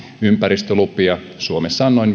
ympäristölupia suomessa on noin